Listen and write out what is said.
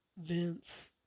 Vince